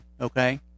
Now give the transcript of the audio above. okay